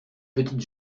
petite